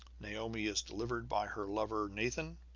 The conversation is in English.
naomi is delivered by her lover nathan.